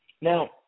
Now